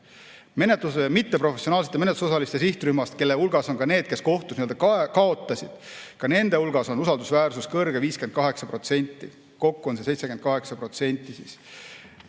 mitteprofessionaalsete menetlusosaliste sihtrühmast, kelle hulgas on ka need, kes kohtus kaotasid, on usaldusväärsus kõrge, 58%. Kokku on see 78%.